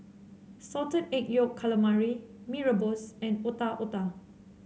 Salted Egg Yolk Calamari Mee Rebus and Otak Otak